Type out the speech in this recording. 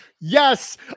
yes